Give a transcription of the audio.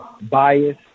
bias